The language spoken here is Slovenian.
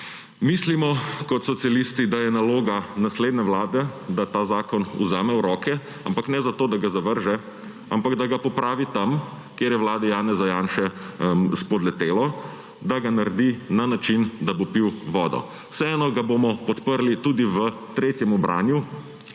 Mislimo kot socialisti, da je naloga naslednje vlade, da zakon vzame v roke, ampak ne zato da ga zavrže, ampak da ga popravi tam, kjer je vladi Janeza Janše spodletelo, da ga naredi na način, da bo pil vodo. Vseeno ga bomo podprli tudi v tretjem branju,